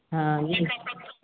हँ जी